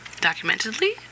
documentedly